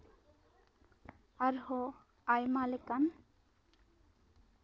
ᱟᱨᱦᱚᱸ ᱟᱭᱢᱟ ᱞᱮᱠᱟᱱ